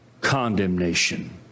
condemnation